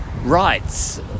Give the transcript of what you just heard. rights